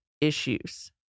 issues